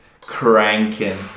Cranking